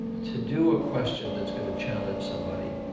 to do a question that's going to challenge somebody